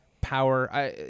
power